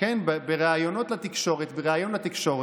בריאיון לתקשורת: